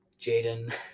Jaden